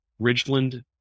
Ridgeland